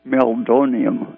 Meldonium